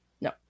No